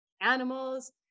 animals